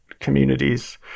communities